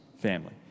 family